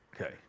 Okay